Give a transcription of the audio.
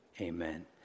Amen